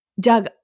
Doug